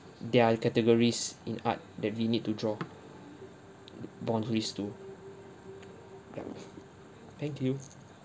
there're categories in art that we need to draw b~ boundaries to thank you